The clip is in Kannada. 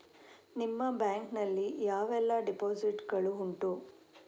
ನಿಮ್ಮ ಬ್ಯಾಂಕ್ ನಲ್ಲಿ ಯಾವೆಲ್ಲ ಡೆಪೋಸಿಟ್ ಗಳು ಉಂಟು?